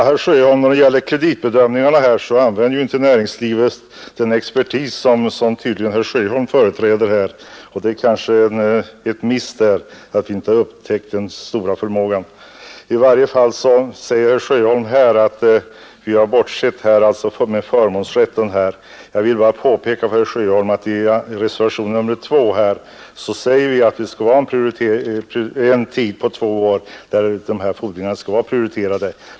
Herr talman! När det gäller kreditbedömningarna använder inte näringslivet den expertis som tydligen herr Sjöholm företräder; det kanske är en miss att vi inte upptäckt den stora förmågan. Herr Sjöholm säger att vi har bortsett från förmånsrätten. Jag vill bara påpeka att vi i reservationen 2 anför att dessa fordringar skall vara prioriterade under en tid av två år.